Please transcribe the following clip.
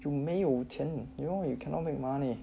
就没有钱 you know you cannot make money